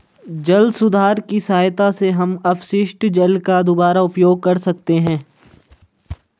जल सुधार की सहायता से हम अपशिष्ट जल का दुबारा उपयोग कर सकते हैं